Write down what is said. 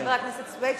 חבר הכנסת סוייד,